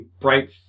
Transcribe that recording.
bright